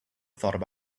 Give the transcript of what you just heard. thought